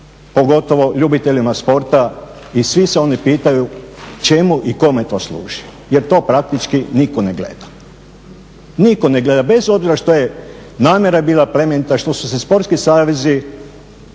pogotovo ljubiteljima sporta i svi se oni pitaju čemu i kome to služi, jer to praktički nitko ne gleda. Nitko ne gleda bez obzira što je namjera bila plemenita, što su se sportski savezi